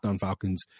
Falcons